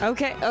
Okay